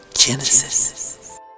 Genesis